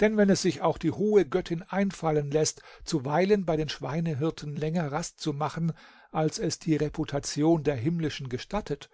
denn wenn es sich auch die hohe göttin einfallen läßt zuweilen bei den schweinehirten länger rast zu machen als es die reputation der himmlischen gestattet